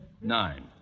Nine